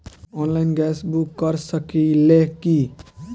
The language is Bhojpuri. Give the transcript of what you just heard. आनलाइन गैस बुक कर सकिले की?